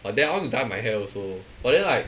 but then I want to dye my hair also but then like